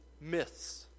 myths